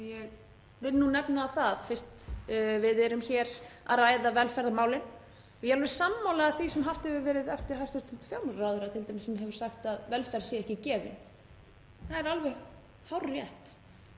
Ég vil nú nefna það, fyrst við erum hér að ræða velferðarmálin, að ég er alveg sammála því sem haft hefur verið eftir hæstv. fjármálaráðherra t.d. sem hefur sagt að velferð sé ekki gefin. Það er alveg hárrétt